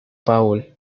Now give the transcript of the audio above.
paul